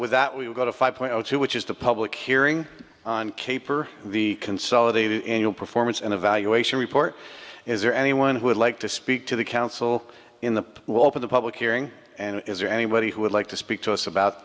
with that we will go to five point zero two which is the public hearing on caper the consolidated annual performance and evaluation report is there anyone who would like to speak to the council in the hope of the public hearing and is there anybody who would like to speak to us about